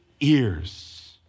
ears